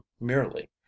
merely